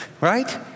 Right